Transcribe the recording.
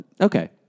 Okay